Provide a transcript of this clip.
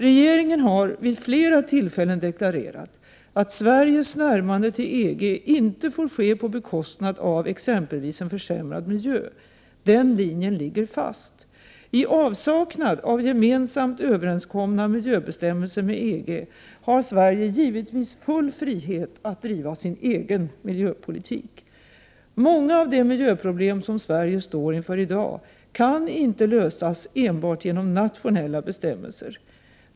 Regeringen har vid flera tillfällen deklarerat att Sveriges närmande till EG inte får ske på bekostnad av exempelvis en försämrad miljö. Den linjen ligger fast. I avsaknad av gemensamt överenskomna miljöbestämmelser med EG har Sverige givetvis full frihet att driva sin egen miljöpolitik. Många av de miljöproblem som Sverige står inför i dag kan inte lösas enbart genom nationella bestämmelser.